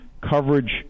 coverage